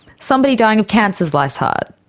somebody dying of cancer's life hard,